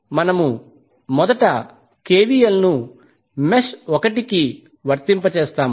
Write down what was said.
మనము మొదట కెవిఎల్ ను మెష్ 1 కి వర్తింపజేస్తాము